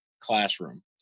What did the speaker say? classroom